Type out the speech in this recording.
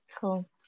Cool